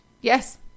Yes